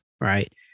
right